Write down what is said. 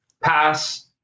pass